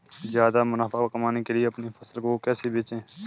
ज्यादा मुनाफा कमाने के लिए अपनी फसल को कैसे बेचें?